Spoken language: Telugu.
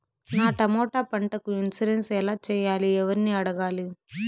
నా టమోటా పంటకు ఇన్సూరెన్సు ఎలా చెయ్యాలి? ఎవర్ని అడగాలి?